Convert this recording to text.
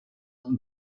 und